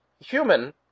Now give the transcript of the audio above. human